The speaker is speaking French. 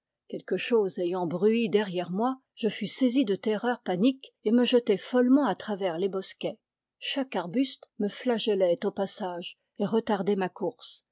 quelque chose ayant brui derrière moi je fus saisi de terreur panique et me jetai follement à travers les bosquets chaque arbuste me flagellait au passage et retardait ma course